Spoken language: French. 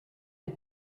des